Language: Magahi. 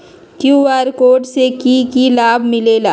कियु.आर कोड से कि कि लाव मिलेला?